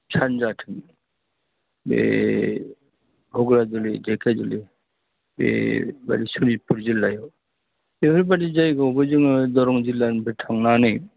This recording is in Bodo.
सानजाथिं बे घग्राजुलि धेकियाजुलि बे माने सनितपुर जिल्लायाव बेफोरबायदि जायगायावबो जोङो दरं जिल्लानिफ्राय थांनानै